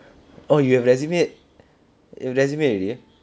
oh you have resume you have resume already